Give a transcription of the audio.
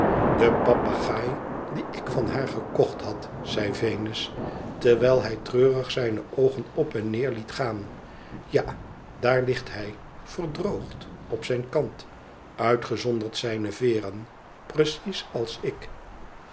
den papegaai dien ik van haar gekocht had zei venus terwijl hij treurig zijne oogen op en neer liet gaan ja daar ligt hij verdroogd op zijn kant uitgezonderd zijne veeren precies als ik